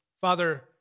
Father